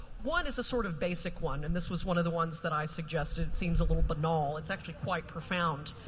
one is a sort of basic one, and this was one of the ones that i suggested seems a little banal. it's actually quite profound,